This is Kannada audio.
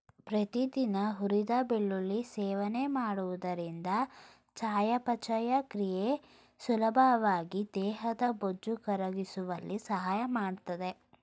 ಪ್ರತಿದಿನ ಹುರಿದ ಬೆಳ್ಳುಳ್ಳಿ ಸೇವನೆ ಮಾಡುವುದರಿಂದ ಚಯಾಪಚಯ ಕ್ರಿಯೆ ಸುಲಭವಾಗಿ ದೇಹದ ಬೊಜ್ಜು ಕರಗಿಸುವಲ್ಲಿ ಸಹಾಯ ಮಾಡ್ತದೆ